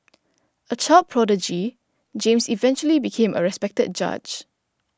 a child prodigy James eventually became a respected judge